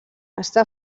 està